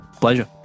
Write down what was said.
pleasure